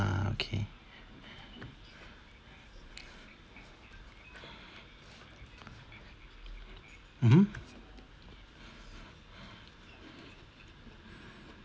ah okay mmhmm